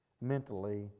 mentally